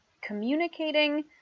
Communicating